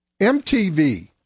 MTV